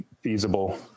feasible